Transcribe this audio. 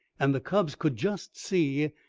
and the cubs could just see,